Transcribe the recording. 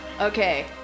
okay